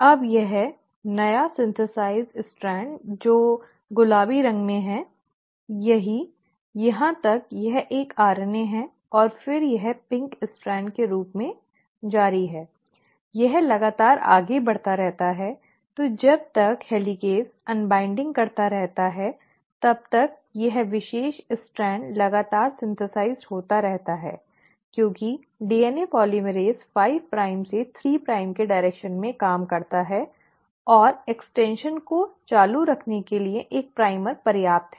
अब यह नया संश्लेषित स्ट्रैंड जो गुलाबी रंग में है यह एक सही यहाँ तक यह एक RNA है और फिर यह गुलाबी स्ट्रैंड के रूप में जारी है यह लगातार आगे बढ़ता रहता है तो जब तक हेलिकेज़ अन्वाइन्डिंग करता रहता है तब तक यह विशेष स्ट्रैंड लगातार संश्लेषित होता रहता है क्योंकि डीएनए पॉलीमरेज़ 5 प्राइम से 3 प्राइम दिशा में काम करता है और एक्सटेंशन को चालू रखने के लिए एक प्राइमर पर्याप्त है